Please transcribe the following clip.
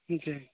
जी